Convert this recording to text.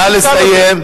נא לסיים.